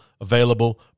available